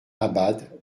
abad